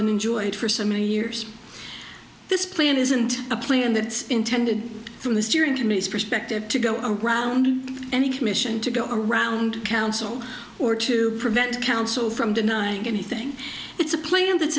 and enjoyed for so many years this plan isn't a plan that's intended from the steering committee perspective to go around any commission to go around council or to prevent council from denying anything it's a plan that's